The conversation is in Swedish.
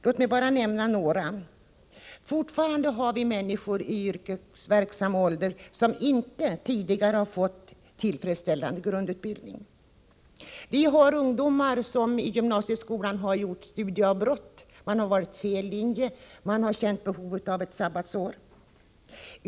Låt mig bara nämna några. Fortfarande finns det människor i yrkesverksam ålder som inte tidigare har fått tillfredsställande grundutbildning. Vi har ungdomar som i gymnasieskolan har gjort studieavbrott — man har valt fel linje, man har känt behov av att ta ett sabbatsår.